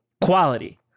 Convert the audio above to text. Quality